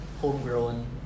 homegrown